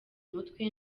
umutwe